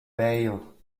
bail